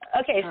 Okay